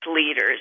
leaders